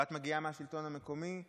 ואת מגיעה מהשלטון המקומי,